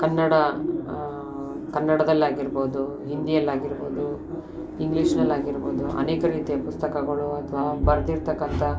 ಕನ್ನಡ ಕನ್ನಡದಲ್ಲಾಗಿರ್ಬೋದು ಹಿಂದಿಯಲ್ಲಾಗಿರ್ಬೋದು ಇಂಗ್ಲೀಷ್ನಲ್ಲಾಗಿರ್ಬೋದು ಅನೇಕ ರೀತಿಯ ಪುಸ್ತಕಗಳು ಅಥವಾ ಬರೆದಿರ್ತಕ್ಕಂಥ